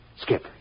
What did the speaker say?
Skip